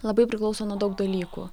labai priklauso nuo daug dalykų